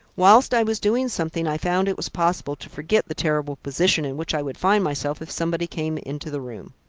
whilst i was doing something i found it was possible to forget the terrible position in which i would find myself if somebody came into the room.